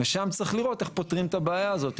ושם צריך לראות איך פורים את הבעיה הזאת.